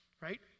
right